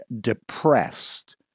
depressed